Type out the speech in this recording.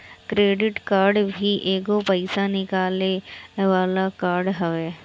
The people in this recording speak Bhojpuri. क्रेडिट कार्ड भी एगो पईसा निकाले वाला कार्ड हवे